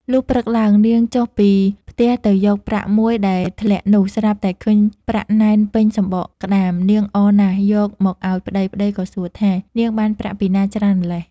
លុះព្រឹកឡើង នាងចុះពីផ្ទះទៅយកប្រាក់មួយដែលធ្លាក់នោះ ស្រាប់តែឃើញប្រាក់ណែនពេញសំបកក្ដាម នាងអរណាស់យកមកឲ្យប្ដី ប្ដីក៏សួរថា នាងបានប្រាក់ពីណាច្រើនម្ល៉េះ។